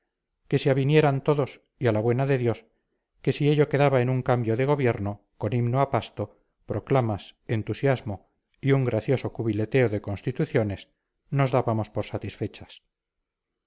que se avinieran todos y a la buena de dios que si ello quedaba en un cambio de gobierno con himno a pasto proclamas entusiasmo y un gracioso cubileteo de constituciones nos dábamos por satisfechas